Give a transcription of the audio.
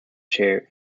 chair